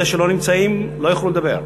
אלה שלא נמצאים לא יוכלו לדבר.